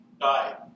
died